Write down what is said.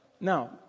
Now